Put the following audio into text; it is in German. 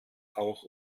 auch